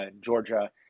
Georgia